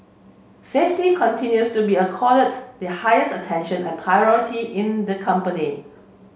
safety continues to be accorded the highest attention and priority in the company